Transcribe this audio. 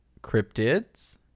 cryptids